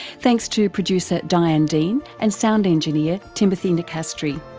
thanks to producer diane dean and sound engineer timothy nicastri.